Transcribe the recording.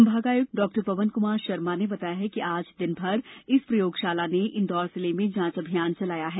संभाग आयुक्त डॉ पवन कुमार शर्मा ने बताया कि आज दिनभर इस प्रयोगशाला ने इंदौर जिले में जांच अभियान चलाया है